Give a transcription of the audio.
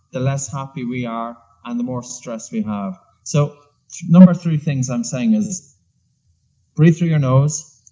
the less happy we are, and the more stress we have. so number three things i'm saying is breathe through your nose,